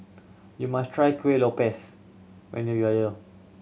you must try Kuih Lopes when you